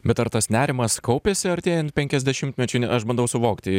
bet ar tas nerimas kaupėsi artėjant penkiasdešimtmečiui ne aš bandau suvokti